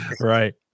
Right